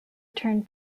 turned